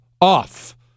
off